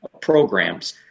programs